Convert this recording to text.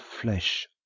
flesh